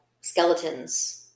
skeletons